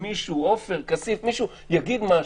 עופר כסיף יגיד משהו,